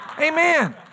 Amen